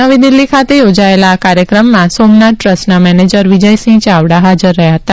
નવી દિલ્હી ખાતે યોજાયેલા આ કાર્યક્રમમાં સોમનાથ ટ્રસ્ટના મેનેજર વિજયસિંહ ચાવડા હાજર રહ્યા હતા